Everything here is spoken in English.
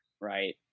right